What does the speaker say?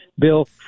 Bill